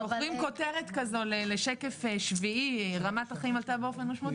אבל כשנותנים כותרת כזה לשקף שביעי: רמת החיים עלתה באופן משמעותי,